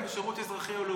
בשירות אזרחי או לאומי.